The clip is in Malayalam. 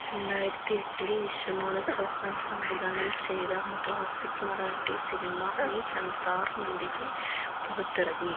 രണ്ടായിരത്തി എട്ടിൽ വിശ്വനാഥ് ചൗഹാൻ സംവിധാനം ചെയ്ത ക്ലാസിക് മറാത്തി സിനിമ മീ സൻസാർ മാണ്ടിതെ പുറത്തിറങ്ങി